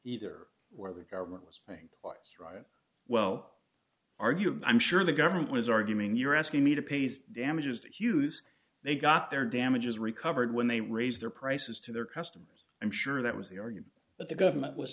either where the government was saying what's right well argued and i'm sure the government was arguing you're asking me to paste damages to hughes they got their damages recovered when they raised their prices to their customers i'm sure that was the argument but the government was